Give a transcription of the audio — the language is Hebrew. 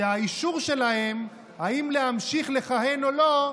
שהאישור שלהם אם להמשיך לכהן או לא,